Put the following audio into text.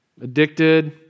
addicted